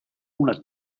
una